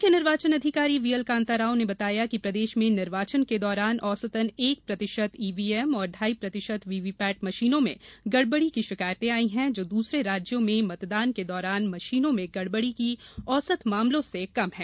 मुख्य निर्वाचन अधिकारी वी एल काताराव ने बताया कि प्रदेश में निर्वाचन के दौरान औसतन एक प्रतिशत ईवीएम और ढाई प्रतिशत वीवीपैट मशीनों में गडबडी की शिकायतें आई हैं जो दूसरे राज्यों में मतदान के दौरान मशीनों में गड़बड़ी के औसत मामलों से कम है